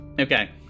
Okay